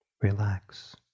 relax